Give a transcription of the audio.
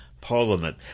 parliament